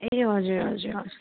ए हजुर हजुर हजुर